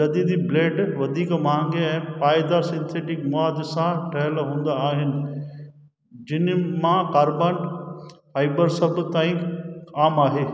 जदीदी blade वधीक महांगे ऐं पाएदार सिंथेटिक मवाद सां ठहियलु हूंदा आहिनि जिन्हनि मां कार्बन फाइबर सभु ताईं आम आहे